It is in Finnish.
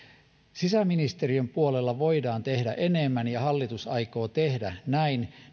sisäministeriön puolella voidaan tehdä enemmän ja hallitus aikoo tehdä näin